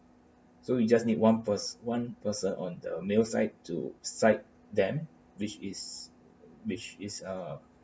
so you just need one pers~ one person on the male side to side them which is which is uh